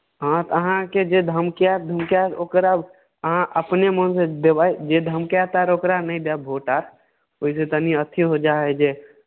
हँ तऽ अहाँकेँ जे धमकायत धमकायत ओकरा अहाँ अपने मोनसँ देबै जे धमकायत आर ओकरा नहि देबै भोट आर ओहिसँ तनि अथि हो जाइ हइ जे